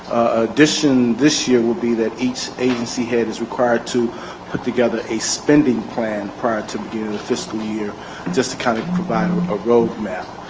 addition this year will be that each agency head is required to put together a spending plan prior to the fiscal year just to kind of provide a road map.